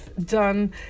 done